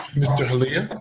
mr. haliya,